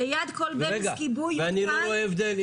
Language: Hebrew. "ליד כל ברז כיבוי יותקן" ואני לא רואה הבדל,